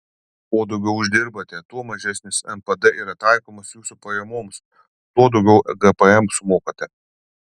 kuo daugiau uždirbate tuo mažesnis npd yra taikomas jūsų pajamoms tuo daugiau gpm sumokate